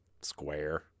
Square